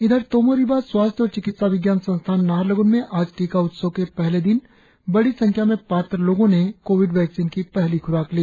इधर तोमो रिबा स्वास्थ्य और चिकित्सा विज्ञान संस्थान नाहरलगुन में आज टीका उत्सव के पहले दिन बड़ी संख्या में पात्र लोगों ने कोविड वैक्सीन की पहली ख्राक ली